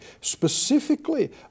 specifically